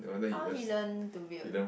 how he learn to build